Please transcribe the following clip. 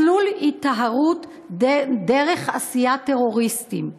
מסלול היטהרות דרך עשייה טרוריסטית: